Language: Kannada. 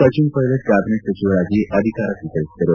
ಸಚಿನ್ ಪ್ನೆಲೆಟ್ ಕ್ಲಾಬಿನೆಟ್ ಸಚಿವರಾಗಿ ಅಧಿಕಾರ ಸ್ವೀಕರಿಸಿದರು